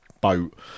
boat